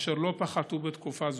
אשר לא פחתו בתקופה זו.